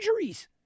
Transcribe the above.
injuries